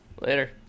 Later